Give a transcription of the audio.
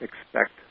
expect